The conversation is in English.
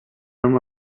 him